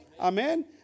Amen